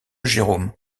jérôme